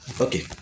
Okay